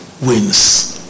wins